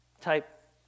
type